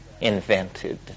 invented